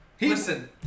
Listen